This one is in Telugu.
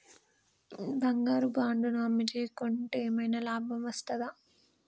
బంగారు బాండు ను అమ్మితే కొంటే ఏమైనా లాభం వస్తదా?